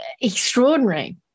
extraordinary